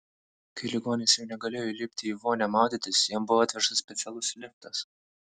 kai ligonis jau negalėjo įlipti į vonią maudytis jam buvo atvežtas specialus liftas